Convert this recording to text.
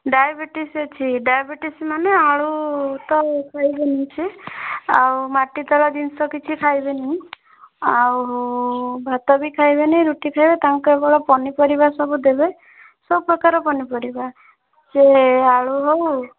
diabetes ଅଛି diabetes ମାନେ ଆଳୁ ତ ଖାଇବେନି ସେ ଆଉ ମାଟି ତଳ ଜିନିଷ କିଛି ଖାଇବେନି ଆଉ ଭାତ ବି ଖାଇବେନି ରୁଟି ଖାଇବେ ତାଙ୍କୁ କେବଳ ପନିପରିବା ସବୁ ଦେବେ ସବୁପ୍ରକାର ପନିପରିବା ସେ ଆଳୁ ହଉ